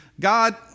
God